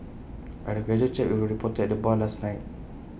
I had A casual chat with A reporter at the bar last night